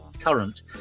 current